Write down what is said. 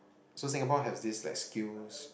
so Singapore has this like skills